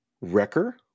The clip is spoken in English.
wrecker